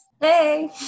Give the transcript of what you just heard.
hey